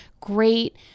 Great